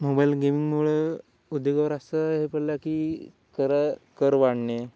mobile गेमिंगमुळे उद्योगावर असं हे पडलं की करा कर वाढणे